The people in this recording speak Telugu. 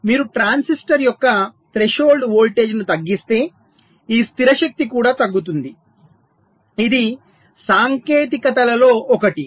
మీరు ట్రాన్సిస్టర్ యొక్క త్రెషోల్డ్ వోల్టేజ్ను తగ్గిస్తే ఈ స్థిర శక్తి కూడా తగ్గుతుంది ఇది సాంకేతికతలలో ఒకటి